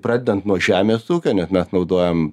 pradedant nuo žemės ūkio nes mes naudojam